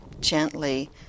gently